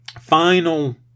Final